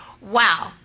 Wow